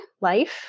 life